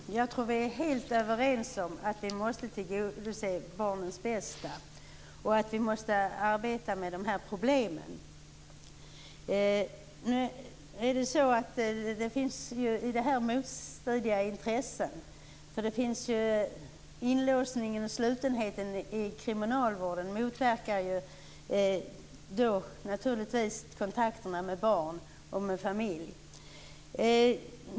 Herr talman! Jag tror att vi är helt överens om att vi måste tillgodose barnens bästa och att vi måste arbeta med dessa problem. Det finns motstridiga intressen. Inlåsningen och slutenheten i kriminalvården motverkar naturligtvis kontakterna med barn och med familj.